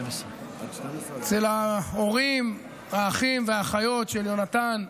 אצל ההורים, האחים והאחיות של יונתן יהושע,